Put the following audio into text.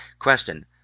Question